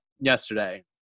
yesterday